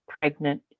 pregnant